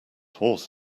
horse